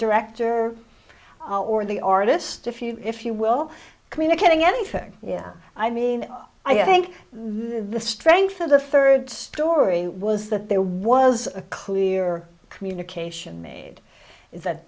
director or the artist if you if you will communicating anything yeah i mean i think the strength of the third story was that there was a clear communication made that